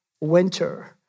winter